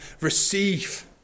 receive